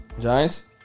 Giants